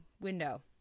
window